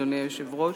אדוני היושב-ראש.